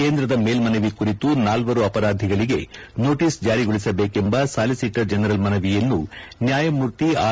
ಕೇಂದ್ರದ ಮೇಲ್ಮನವಿ ಕುರಿತು ನಾಲ್ವರು ಅಪರಾಧಿಗಳಿಗೆ ನೋಟಸ್ ಜಾರಿಗೊಳಿಸಬೇಕೆಂಬ ಸಾಲಿಸಿಟರ್ ಜನರಲ್ ಮನವಿಯನ್ನು ನ್ಯಾಯಮೂರ್ತಿ ಆರ್